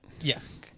Yes